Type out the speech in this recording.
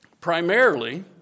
Primarily